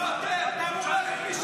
כן, אני --- אתם לא הקשבתם לי.